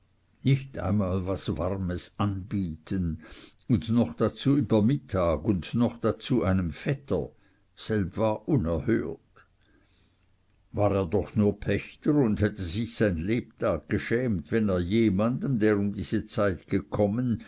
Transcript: nicht einmal was warmes anbieten und noch dazu über mittag und noch dazu einem vetter selb war unerhört war er doch nur pächter und hätte sich sein lebtag geschämt wenn er jemanden der um diese zeit zu ihm gekommen